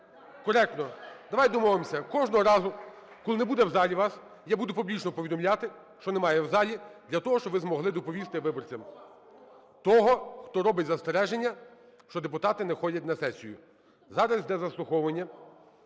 Коректно. Давайте домовимося, кожного разу, коли не буде в залі вас, я буду публічно повідомляти, що немає в залі для того, щоби ви змогли доповісти виборцям. (Шум у залі) Того, хто робить застереження, що депутати не ходять на сесію. Зараз іде заслуховування,